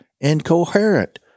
incoherent